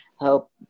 help